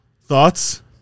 Thoughts